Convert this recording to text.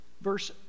verse